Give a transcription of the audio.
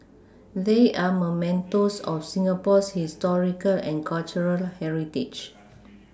they are mementos of Singapore's historical and cultural heritage